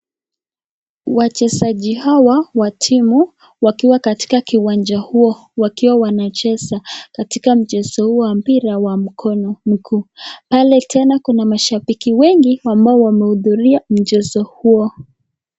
Wachezaji hawa wa timu wakiwa katika kiwanja huo wakiwa wanacheza katika mchezo huo wa mpira wa mguu. Pale tena kuna mashambiki wengi ambao wamehudhuria mchezo huo.